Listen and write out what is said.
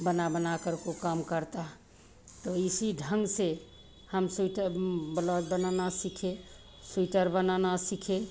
बना बना करको काम करता तो इसी ढंग से हम स्वेटर ब्लाउज़ बनाना सीखे स्वेटर बनाना सीखे